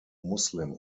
muslim